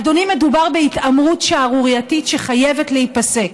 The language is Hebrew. אדוני, מדובר בהתעמרות שערורייתית שחייבת להיפסק.